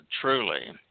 truly